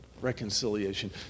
reconciliation